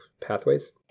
pathways